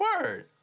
Word